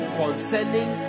concerning